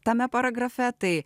tame paragrafe tai